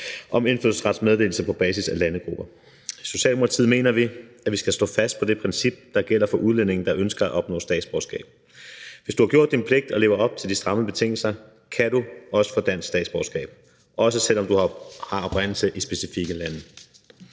om indfødsretsmeddelelse på basis af landegrupper. I Socialdemokratiet mener vi, at vi skal stå fast på det princip, der gælder for udlændinge, der ønsker at opnå statsborgerskab. Hvis du har gjort din pligt og lever op til de stramme betingelser, kan du også få dansk statsborgerskab, også selv om du har oprindelse i specifikke lande.